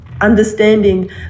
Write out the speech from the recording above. understanding